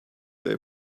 they